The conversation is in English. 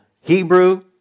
Hebrew